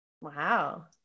Wow